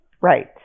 right